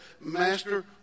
Master